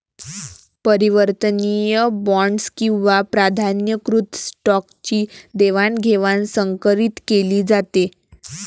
परिवर्तनीय बॉण्ड्स किंवा प्राधान्यकृत स्टॉकची देवाणघेवाण संकरीत केली जाते